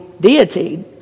deity